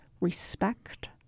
respect